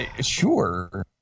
sure